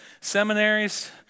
seminaries